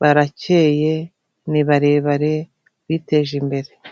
barakeye, ni barebare, biteje imbere.